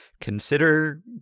Consider